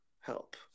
help